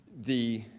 the